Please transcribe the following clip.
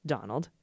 Donald